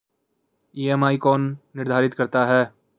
EMI कौन निर्धारित करता है?